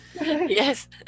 yes